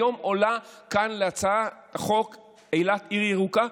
היום עולה כאן הצעת חוק אילת עיר ירוקה,